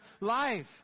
life